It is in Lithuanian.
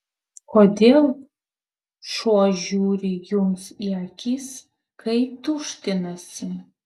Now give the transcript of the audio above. kodėl šuo žiūri jums į akis kai tuštinasi